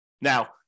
Now